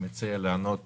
אני מציע להיענות